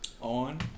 On